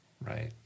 Right